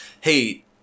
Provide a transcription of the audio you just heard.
hey